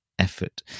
effort